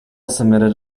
submitted